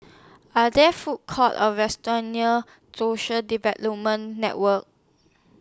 Are There Food Courts Or restaurants near Social Development Network